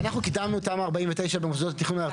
כן, בבקשה.